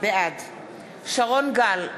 בעד שרון גל,